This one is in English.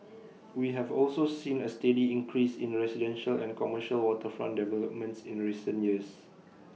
we have also seen A steady increase in residential and commercial waterfront developments in recent years